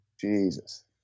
Jesus